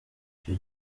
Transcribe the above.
icyo